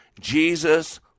Jesus